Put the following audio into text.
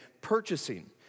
purchasing